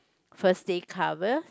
first day cover